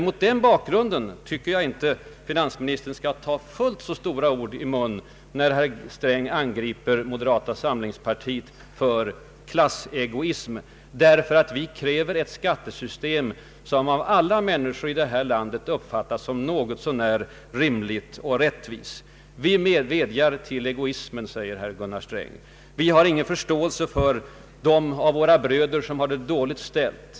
Mot den bakgrunden tycker jag emellertid inte att finansministern skall ta fullt så stora ord i mun när finansministern angriper moderata samlingspartiet för klassegoism, då vi kräver ett skattesystem som av alla människor i vårt land kan uppfattas som något så när rimligt och rättvist. Vi i moderata samlingspartiet vädjar till egoismen, säger herr Gunnar Sträng. Vi har ingen förståelse för dem av våra bröder som har det dåligt ställt.